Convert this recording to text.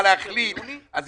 יש